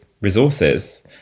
resources